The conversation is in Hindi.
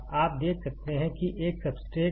आप देख सकते हैं कि एक सब्सट्रेट है